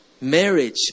Marriage